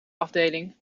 afdeling